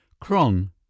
Kron